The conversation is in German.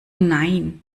nein